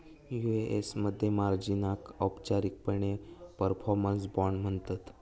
UAS मध्ये मार्जिनाक औपचारिकपणे परफॉर्मन्स बाँड म्हणतत